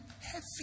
heavy